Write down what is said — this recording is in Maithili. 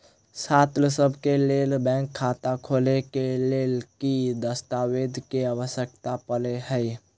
छात्रसभ केँ लेल बैंक खाता खोले केँ लेल केँ दस्तावेज केँ आवश्यकता पड़े हय?